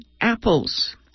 apples